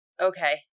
Okay